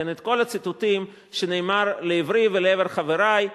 את כל הציטוטים שנאמרו לעברי ולעבר חברי,